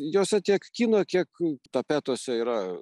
jose tiek kino kiek tapetuose yra